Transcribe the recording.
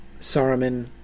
Saruman